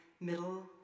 middle